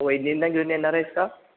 वहिनींना घेऊन येणार आहेस का